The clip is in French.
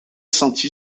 senti